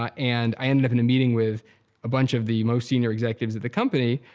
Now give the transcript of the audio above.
um and i ended up in a meeting with a bunch of the most senior executives at the company,